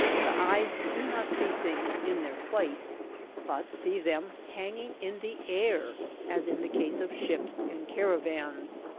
the eyes do not see things in their place but see them hanging in the air as in the case of ships and caravans.